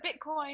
Bitcoin